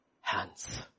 hands